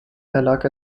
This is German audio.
erlag